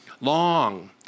Long